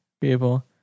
people